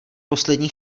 poslední